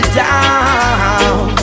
down